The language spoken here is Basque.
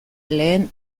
lehen